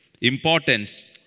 importance